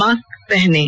mask पहनें